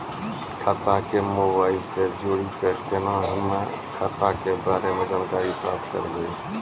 खाता के मोबाइल से जोड़ी के केना हम्मय खाता के बारे मे जानकारी प्राप्त करबे?